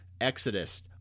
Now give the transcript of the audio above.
Exodus